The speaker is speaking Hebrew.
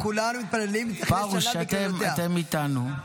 פרוש, אתם איתנו.